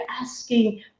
asking